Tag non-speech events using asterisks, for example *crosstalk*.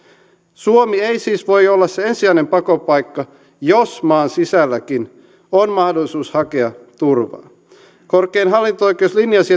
suomi ei siis voi olla se ensisijainen pakopaikka jos maan sisälläkin on mahdollisuus hakea turvaa korkein hallinto oikeus linjasi *unintelligible*